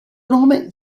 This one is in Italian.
nome